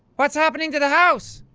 what's happening to the house?